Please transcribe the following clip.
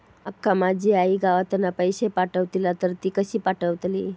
माका माझी आई गावातना पैसे पाठवतीला तर ती कशी पाठवतली?